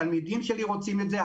התלמידים שלי רוצים את זה,